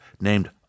named